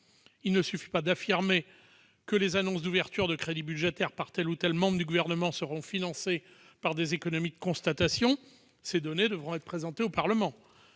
Il ne suffit pas d'affirmer que les ouvertures de crédits budgétaires, annoncées par tel ou tel membre du Gouvernement, seront financées par des économies de constatation ; ces données devront être présentées au Parlement.